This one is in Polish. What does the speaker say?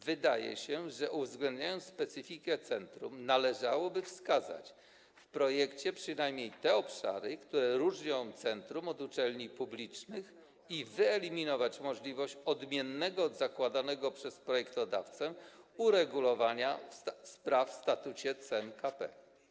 Wydaje się, że uwzględniając specyfikę centrum, należałoby wskazać w projekcie przynajmniej te obszary, które różnią centrum od uczelni publicznych, i wyeliminować możliwość odmiennego od zakładanego przez projektodawcę uregulowania spraw w statucie CMKP.